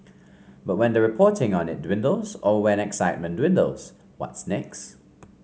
but when the reporting on it dwindles or when excitement dwindles what's next